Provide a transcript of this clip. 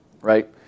right